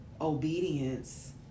obedience